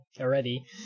already